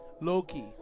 Loki